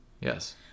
Yes